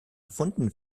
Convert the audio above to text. erfunden